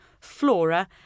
Flora